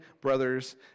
brothers